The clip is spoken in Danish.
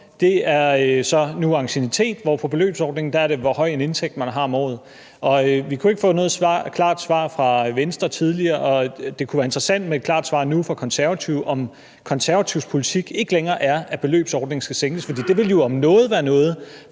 den, er så anciennitet, mens det på beløbsordningen er, hvor høj en indtægt man har om året. Vi kunne ikke få noget klart svar fra Venstre tidligere, og det kunne være interessant med et klart svar nu fra Konservative på, om Konservatives politik ikke længere er, at grænsen i beløbsordningen skal sænkes, fordi det om noget jo